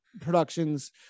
productions